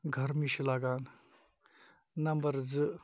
گَرمی چھِ لَگان نَمبَر زٕ